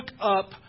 up